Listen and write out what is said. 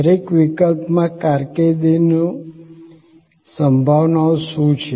દરેક વિકલ્પમાં કારકિર્દીની સંભાવનાઓ શું છે